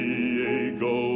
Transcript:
Diego